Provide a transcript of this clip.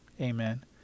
Amen